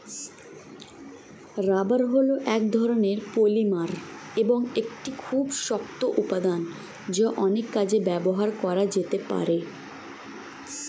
rubber হল এক ধরণের পলিমার এবং একটি খুব শক্ত উপাদান যা অনেক কাজে ব্যবহার করা যেতে পারে